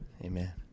Amen